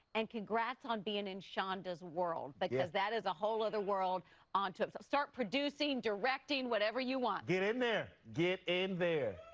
and congrats on being in in shonda's world, because that is a whole other world um unto start producing, directing, whatever you want. get in there, get in there.